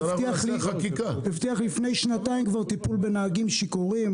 הוא הבטיח לפני שנתיים טיפול בנהגים שיכורים,